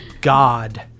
god